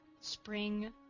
Spring